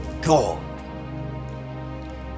God